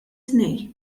tnejn